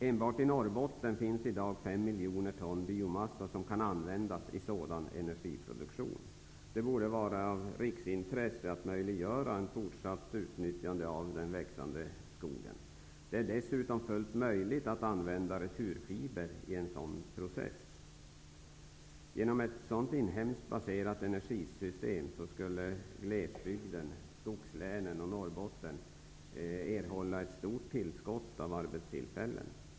Enbart i Norrbotten finns i dag fem miljoner ton biomassa som kan användas i sådan energiproduktion. Det borde vara av riksintresse att möjliggöra ett fortsatt utnyttjande av den växande skogen. Det är dessutom fullt möjligt att använda returfibrer i en sådan process. Med hjälp av ett sådant inhemskt baserat energisystem kan glesbygden, skogslänen och Norrbotten, erhålla ett stort tillskott av arbetstillfällen.